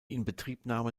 inbetriebnahme